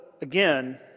again